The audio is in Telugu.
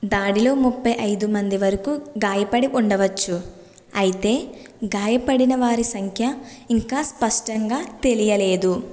దాడిలో ముప్పై ఐదు మంది వరకు గాయపడి ఉండవచ్చు అయితే గాయపడిన వారి సంఖ్య ఇంకా స్పష్టంగా తెలియలేదు